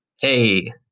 Hey